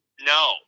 No